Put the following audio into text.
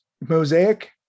Mosaic